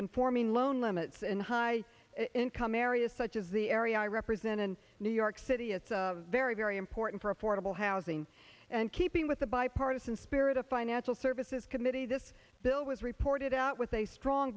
conforming loan limits and high income areas such as the area i represent in new york city is very very important for affordable housing and keeping with the bipartisan spirit of financial services committee this bill was reported out with a strong